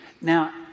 Now